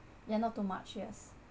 ya not too much yes